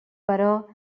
però